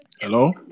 Hello